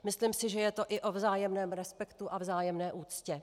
Myslím si, že je to i o vzájemném respektu a vzájemné úctě.